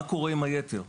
מה קורה עם היתר?